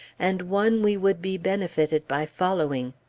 and one we would be benefited by following.